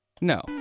No